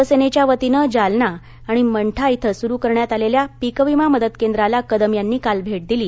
शिवसेनेच्यावतीनं जालना आणि मंठा धिं सुरू करण्यात आलेल्या पीकविमा मदत केंद्राला कदम यांनी काल भेट दिली